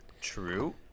True